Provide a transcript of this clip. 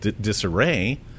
disarray